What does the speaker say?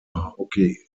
hockey